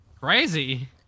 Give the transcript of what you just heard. Crazy